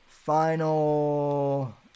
Final